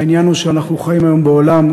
העניין הוא שאנחנו חיים היום בעולם,